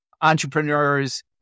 entrepreneurs